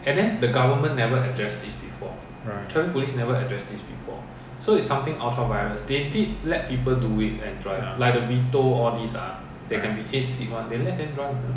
right ya right